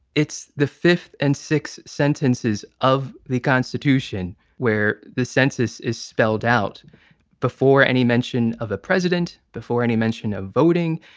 it's the fifth and sixth sentences of the constitution where the census is spelled out before any mention of a president, before any mention of voting.